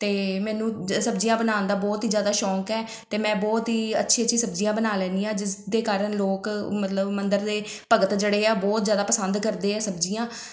ਅਤੇ ਮੈਨੂੰ ਜ਼ ਸਬਜ਼ੀਆਂ ਬਣਾਉਣ ਦਾ ਬਹੁਤ ਹੀ ਜ਼ਿਆਦਾ ਸ਼ੌਕ ਹੈ ਅਤੇ ਮੈਂ ਬਹੁਤ ਹੀ ਅੱਛੀ ਅੱਛੀ ਸਬਜ਼ੀਆਂ ਬਣਾ ਲੈਂਦੀ ਹਾਂ ਜਿਸ ਦੇ ਕਾਰਨ ਲੋਕ ਮਤਲਬ ਮੰਦਰ ਦੇ ਭਗਤ ਜਿਹੜੇ ਆ ਬਹੁਤ ਜ਼ਿਆਦਾ ਪਸੰਦ ਕਰਦੇ ਆ ਸਬਜ਼ੀਆਂ